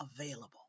available